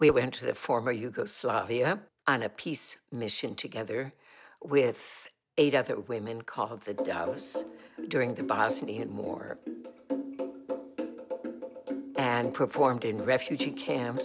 we went to the former yugoslavia on a peace mission together with eight other women called during the bosnian war and performed in refugee camps